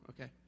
Okay